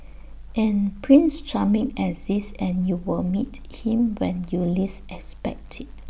and prince charming exists and you will meet him when you least expect IT